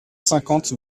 cinquante